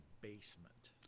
basement